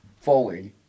forward